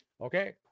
Okay